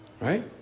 right